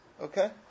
okay